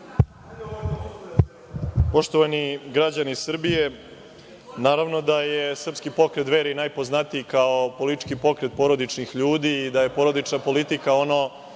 Poštovani građani Srbije, naravno da je Srpski pokret Dveri najpoznatiji kao politički pokret porodičnih ljudi i da je porodična politika ono